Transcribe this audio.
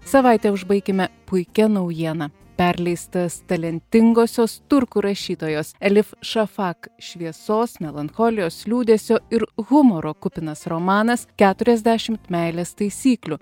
savaitę užbaikime puikia naujiena perleistas talentingosios turkų rašytojos elif šafak šviesos melancholijos liūdesio ir humoro kupinas romanas keturiasdešimt meilės taisyklių